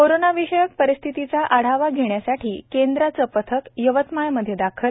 corona विषयक परिस्थितीचा आढावा घेण्यासाठी केंद्राचं पथक यवतमाळ मध्ये दाखल